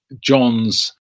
John's